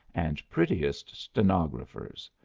and prettiest stenographers,